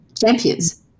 Champions